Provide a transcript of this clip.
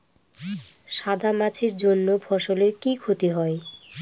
সাদা মাছির জন্য ফসলের কি ক্ষতি হয়?